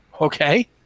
okay